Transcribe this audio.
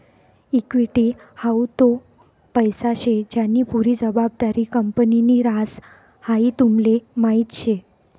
equity हाऊ तो पैसा शे ज्यानी पुरी जबाबदारी कंपनीनि ह्रास, हाई तुमले माहीत शे